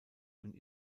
und